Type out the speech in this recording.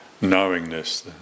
knowingness